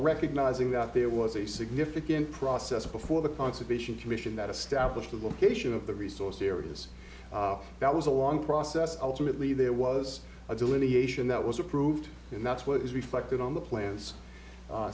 recognizing that there was a significant process before the conservation commission that established the location of the resource areas that was a long process ultimately there was a delineation that was approved and that's what was reflected on the plans